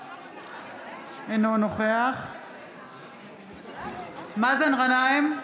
אינו נוכח מאזן גנאים,